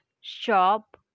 shop